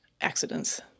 accidents